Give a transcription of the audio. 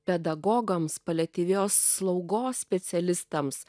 pedagogams paliatyvios slaugos specialistams